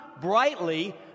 brightly